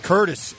Curtis